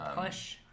push